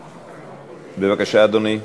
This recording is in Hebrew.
בבקשה, אדוני.